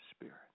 Spirit